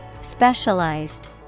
specialized